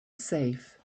safe